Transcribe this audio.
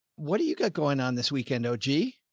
what do you got going on this weekend? oh, gee.